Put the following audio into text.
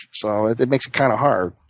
so it it makes it kind of hard.